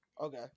Okay